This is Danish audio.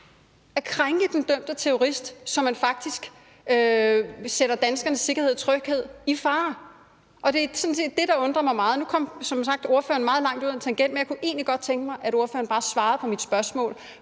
at krænke den dømte terrorist – så man faktisk sætter danskernes sikkerhed og tryghed over styr, og det er sådan set det, der undrer mig meget. Nu kom ordføreren som sagt meget langt ud ad en tangent, men jeg kunne egentlig godt tænke mig, at ordføreren bare svarede på mit spørgsmål: